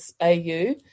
Au